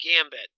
Gambit